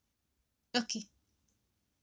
okay